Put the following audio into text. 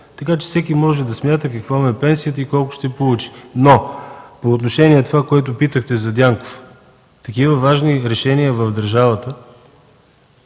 с 9,8%. Всеки може да смята каква му е пенсията и колко ще получи. По отношение на това, което питахте за Дянков – такива важни решения в държавата